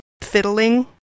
fiddling